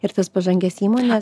ir tas pažangias įmones